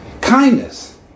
Kindness